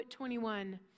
21